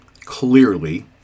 clearly